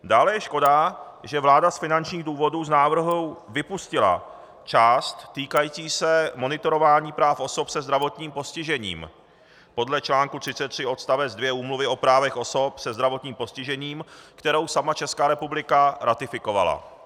Dále je škoda, že vláda z finančních důvodů z návrhu vypustila část týkající se monitorování práv osob se zdravotním postižením podle článku 33 odstavec 2 Úmluvy o právech osob se zdravotním postižením, kterou sama Česká republika ratifikovala.